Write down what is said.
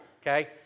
okay